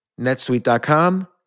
netsuite.com